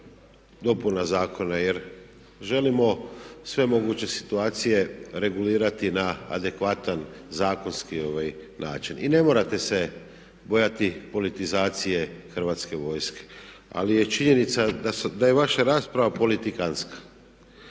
dopuna zakona. Jer želimo svemoguće situacije regulirati na adekvatan zakonski način. I ne morate se bojati politizacije Hrvatske vojske. Ali je činjenica da je vaša rasprava politikanska.